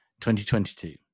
2022